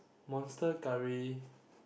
monster-curry